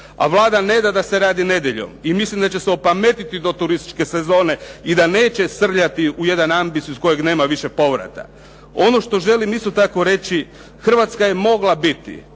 a Vlada ne da da se radi nedjeljom. I mislim da će se opametiti do turističke sezone i da neće srljati u jedan ambis iz kojeg nema više povrata. Ono što želim isto tako reći, Hrvatska je mogla biti